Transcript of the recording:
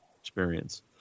experience